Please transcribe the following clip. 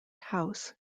house